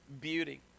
beauty